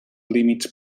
límits